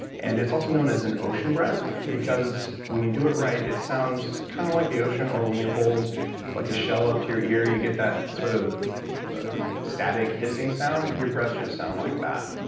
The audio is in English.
and it's also known as an ocean breath because when you do it right it sounds kinda like the ocean, or when you hold like a shell up to your ear, you get that sort of static hissing sound. your breath should sound like that.